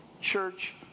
church